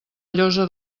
llosa